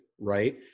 right